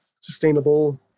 sustainable